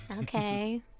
okay